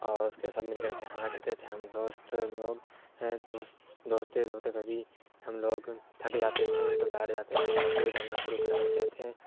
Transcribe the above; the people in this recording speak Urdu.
اور اس کے سب مل کر کے ہنسا کرتے تھے ہم دوست لوگ دوست دوڑتے دوڑتے کبھی ہم لوگ تھک جاتے تھے تو بیٹھ جاتے تھے اور پھر دوڑنا شروع کر دیتے تھے